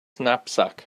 knapsack